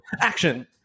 Action